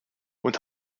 und